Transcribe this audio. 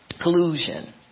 Collusion